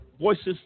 Voices